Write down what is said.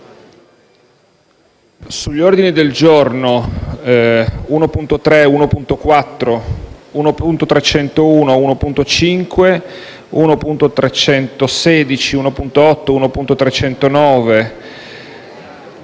degli ordini del giorno G1.3, G1.4, G1.301, G1.5, G1.316, G1.8, G1.309